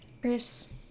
Chris